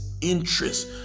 interest